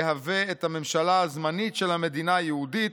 יהווה את הממשלה הזמנית של המדינה היהודית,